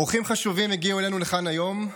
אורחים חשובים הגיעו אלינו לכאן היום,